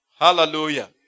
Hallelujah